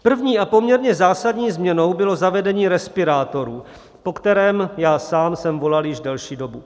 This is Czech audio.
První a poměrně zásadní změnou bylo zavedení respirátorů, po kterém já sám jsem volal již delší dobu.